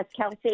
Kelsey